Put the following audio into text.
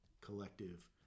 collective